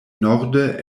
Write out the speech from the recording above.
norde